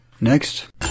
Next